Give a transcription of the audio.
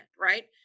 right